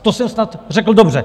To jsem snad řekl dobře.